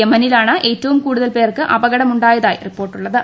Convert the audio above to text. യമനിലാണ് ഏറ്റവും കൂടുതൽ പേർക്ക് അപകടമുണ്ടായതായി റിപ്പോർട്ട് ഉളളത്